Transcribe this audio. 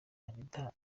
anita